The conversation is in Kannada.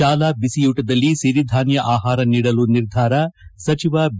ಶಾಲಾ ಬಿಸಿಯೂಟದಲ್ಲಿ ಸಿರಿಧಾನ್ಯ ಆಹಾರ ನೀಡಲು ನಿರ್ಧಾರ ಸಚಿವ ಬಿ